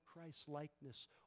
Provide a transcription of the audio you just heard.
Christ-likeness